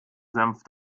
senf